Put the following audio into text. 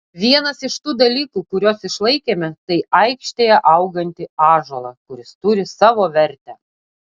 vienas iš tų dalykų kuriuos išlaikėme tai aikštėje augantį ąžuolą kuris turi savo vertę